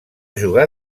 jugar